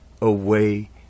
away